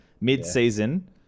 mid-season